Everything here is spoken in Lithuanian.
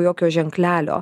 jokio ženklelio